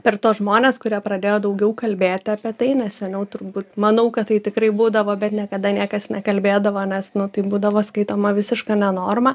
per tuos žmones kurie pradėjo daugiau kalbėti apie tai nes seniau turbūt manau kad tai tikrai būdavo bet niekada niekas nekalbėdavo nes nu tai būdavo skaitoma visiška nenorma